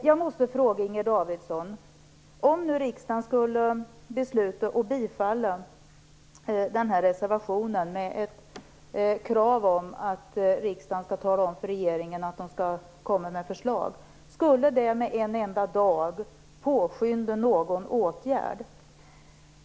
Jag måste fråga Inger Davidson: Om nu riksdagen skulle besluta att bifalla reservationen med ett krav på att riksdagen skall tala om för regeringen att de skall lägga fram förslag, skulle det då med en enda dag påskynda någon åtgärd?